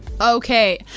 okay